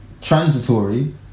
transitory